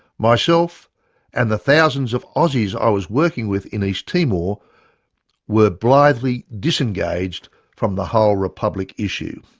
myself and the thousands of aussies i was working with in east timor were blithely disengaged from the whole republic issue.